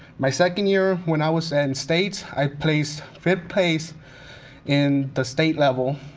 my second year, when i was in states, i placed fifth place in the state level,